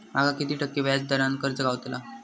माका किती टक्के व्याज दरान कर्ज गावतला?